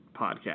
podcast